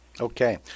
Okay